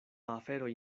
aferoj